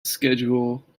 schedule